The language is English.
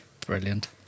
Brilliant